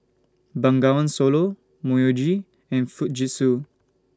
Bengawan Solo Myojo and Fujitsu